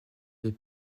des